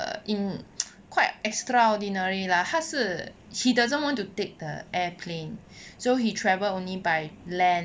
in quite extraordinary lah 他是 he doesn't want to take the airplane so he travelled only by land